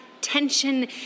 tension